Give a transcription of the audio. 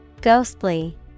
ghostly